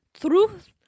Truth